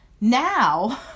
now